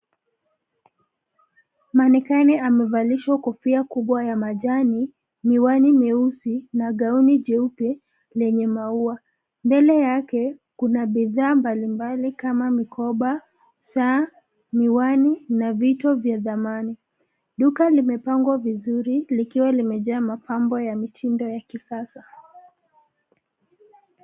Mannequin amevalishwa kofia kubwa ya manjano. mwani miesusi na gauni jeupe lenye maua. Mbele yake kuna bidhaa mbalimbali kama mikoba, saa, miwani na vito vya thamana. Duka limepangwa vizuri likiwa limejaa mapambo ya mitindo ya kisasa.